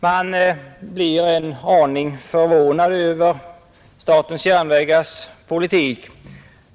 Man blir en aning förvånad över statens järnvägars politik.